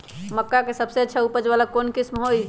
मक्का के सबसे अच्छा उपज वाला कौन किस्म होई?